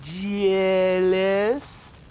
Jealous